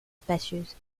spacieuse